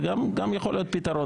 גם זה יכול להיות פתרון,